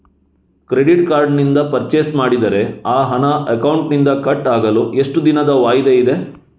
Credit card ನಿಂದ purchase ಮಾಡಿದರೆ ಆ ಹಣ ಅಕೌಂಟಿನಿಂದ ಕಟ್ ಆಗಲು ಎಷ್ಟು ದಿನದ ವಾಯಿದೆ ಇದೆ?